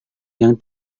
yang